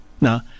Now